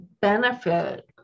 benefit